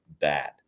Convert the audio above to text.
bad